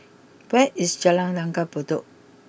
where is Jalan Langgar Bedok